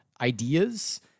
ideas